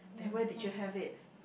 yeha because